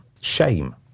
Shame